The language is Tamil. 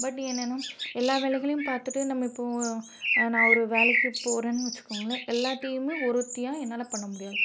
பட் என்னன்னா எல்லா வேலைகளையும் பார்த்துட்டு நம்ம இப்போது நான் ஒரு வேலைக்கு போகிறேன்னு வச்சிக்கோங்களேன் எல்லாத்தையுமே ஒருத்தியாக என்னால் பண்ண முடியாது